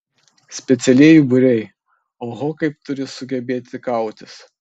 specialieji būriai oho kaip turi sugebėti kautis